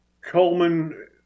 Coleman